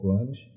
anos